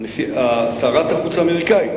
שרת החוץ האמריקנית.